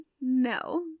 no